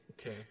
Okay